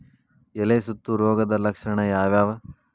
ಎಲೆ ಸುತ್ತು ರೋಗದ ಲಕ್ಷಣ ಯಾವ್ಯಾವ್?